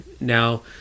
Now